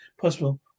possible